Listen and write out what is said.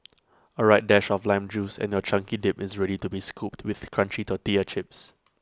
A right dash of lime juice and your chunky dip is ready to be scooped with crunchy tortilla chips